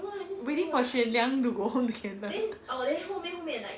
waiting for shen yang to go home together